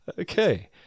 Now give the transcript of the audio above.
Okay